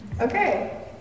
Okay